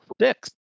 six